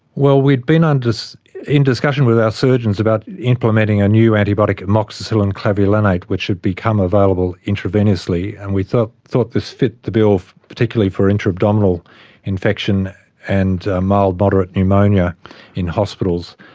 well, we'd been and in discussions with our surgeons about implementing a new antibiotic, amoxicillin clavulanate, which had become available intravenously, and we thought thought this fit the bill particularly for intra-abdominal infection and mild moderate pneumonia in hospitals.